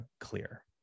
clear